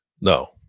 no